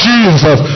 Jesus